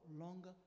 longer